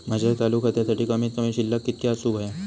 माझ्या चालू खात्यासाठी कमित कमी शिल्लक कितक्या असूक होया?